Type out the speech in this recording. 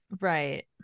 Right